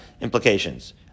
implications